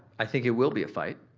i think it will be a fight